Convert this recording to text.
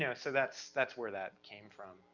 you know so that's, that's where that came from,